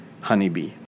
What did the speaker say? honeybee